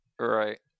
Right